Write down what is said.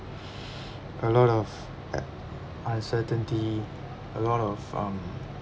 a lot of ac~ uncertainty a lot of um